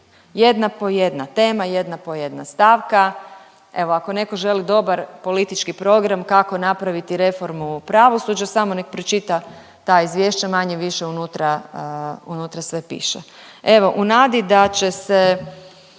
jedna po jedna, tema jedna po jedna stavka. Evo ako neko želi dobar politički program kako napraviti reformu pravosuđa samo nek pročita ta izvješća, manje-više unutra sve piše. Evo u nadi da će se